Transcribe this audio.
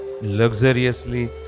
Luxuriously